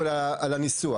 אלא על הניסוח.